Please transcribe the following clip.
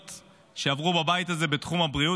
שעברו בבית הזה בתחום הבריאות,